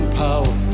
power